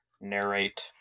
narrate